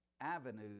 avenues